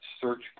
search